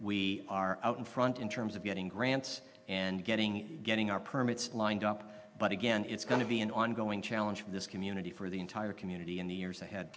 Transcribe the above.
we are out in front in terms of getting grants and getting getting our permits lined up but again it's going to be an ongoing challenge for this community for the entire community in the years